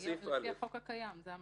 לפי החוק הקיים, זה המצב.